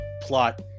plot